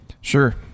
Sure